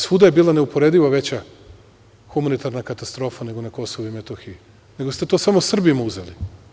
Svuda je bila neuporedivo veća humanitarna katastrofa nego na Kosovu i Metohiju, nego ste to samo Srbima uzeli.